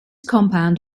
compound